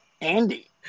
Andy